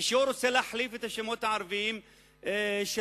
כשהוא מתכוון להחליף את השמות הערביים של